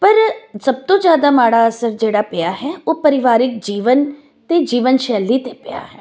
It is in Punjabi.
ਪਰ ਸਭ ਤੋਂ ਜ਼ਿਆਦਾ ਮਾੜਾ ਅਸਰ ਜਿਹੜਾ ਪਿਆ ਹੈ ਉਹ ਪਰਿਵਾਰਿਕ ਜੀਵਨ ਅਤੇ ਜੀਵਨ ਸ਼ੈਲੀ 'ਤੇ ਪਿਆ ਹੈ